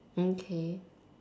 okay